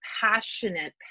passionate